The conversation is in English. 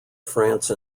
france